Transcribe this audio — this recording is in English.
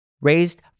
raised